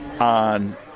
on